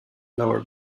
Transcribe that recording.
lower